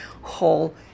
whole